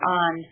on